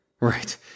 right